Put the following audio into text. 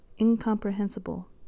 incomprehensible